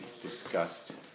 discussed